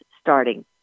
starting